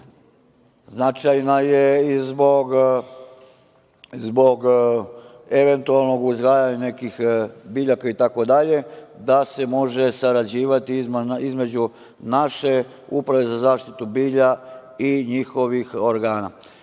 Značajna je i zbog eventualnog uzgajanja nekih biljaka i tako dalje, da se može sarađivati između naše Uprave za zaštitu bilja i njihovih organa. Imamo